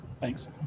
Thanks